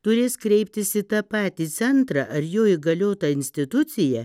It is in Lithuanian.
turės kreiptis į tą patį centrą ar jo įgaliotą instituciją